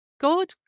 God